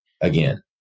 again